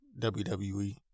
WWE